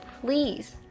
please